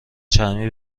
چرمی